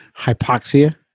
hypoxia